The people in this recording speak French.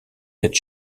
sept